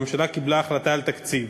הממשלה קיבלה החלטה על תקציב,